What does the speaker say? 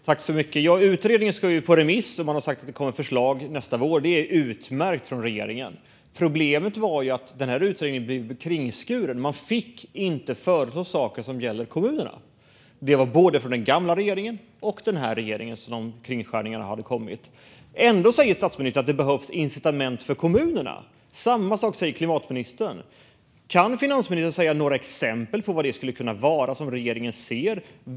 Fru talman! Utredningen ska ut på remiss, och man har sagt att det kommer förslag nästa vår. Det är utmärkt jobbat från regeringen. Problemet var att utredningen blev kringskuren: Den fick inte föreslå saker som gäller kommunerna. Kringskärningarna kom både från den gamla regeringen och från den här regeringen. Ändå säger statsministern att det behövs incitament för kommunerna, och samma sak säger klimatministern. Kan finansministern nämna några exempel på vad regeringen ser att det skulle kunna vara?